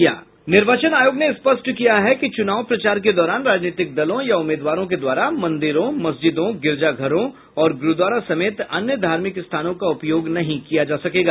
निर्वाचन आयोग ने स्पष्ट किया है कि चूनाव प्रचार के दौरान राजनीतिक दलों या उम्मीदवारों के द्वारा मंदिरों मस्जिदों गिरजाघरों और गुरूद्वारा समेत अन्य धार्मिक स्थानों का उपयोग नहीं किया जा सकेगा